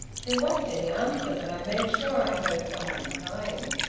there wasn't any answer, but i made sure i heard some one crying.